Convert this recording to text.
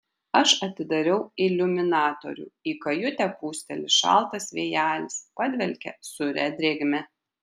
aš atidariau iliuminatorių į kajutę pūsteli šaltas vėjelis padvelkia sūria drėgme